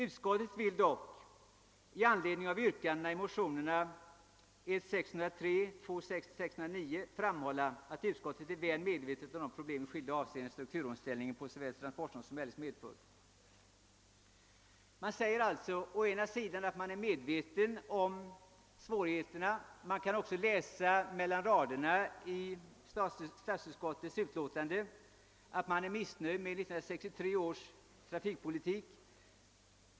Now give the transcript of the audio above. Utskottet vill dock — i anledning av yrkandena i motionerna 1: 603 och II:690 — framhålla att utskottet är väl medvetet om de problem i skilda hänseenden strukturomvandlingen på såväl transportområdet som eljest medfört.» Utskottet säger alltså att det är medvetet om svårigheterna, och man kan också läsa mellan raderna i statsutskottets utlåtande att utskottet är missnöjt med 1963 års trafikpolitik.